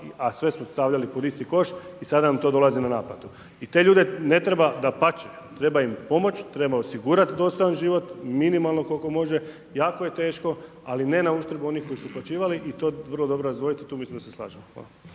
a sve smo stavljali pod isti koš i sada nam to dolazi na naplatu. I te ljude ne treba, dapače, treba im pomoć, treba osigurat dostojan život minimalno koliko može, jako je teško, ali ne na …/Govornik se ne razumije./… onih koji su uplaćivali i to vrlo dobro razdvojiti i tu mislim da se slažemo.